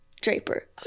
Draper